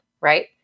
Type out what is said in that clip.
right